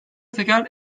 teker